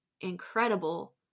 incredible